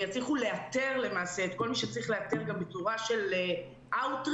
ויצליחו לאתר למעשה את כל מי שצריך לאתר גם בצורה של outreach,